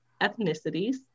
ethnicities